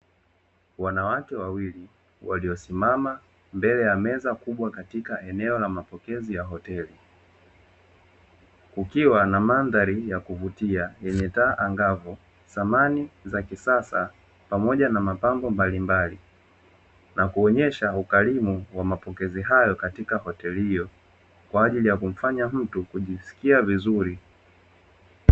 Wanawake wawili waliosimama mbele ya meza kubwa katika eneo la mapokezi ya hoteli, kukiwa na mandhari ya kuvutia imekaa angavu, samani za kisasa pamoja na mapambo mbalimbali, na kuonyesha ukarimu wa mapokezi hayo katika hoteli hiyo, kwa ajili ya kufanya mtu kujisikia vizuri.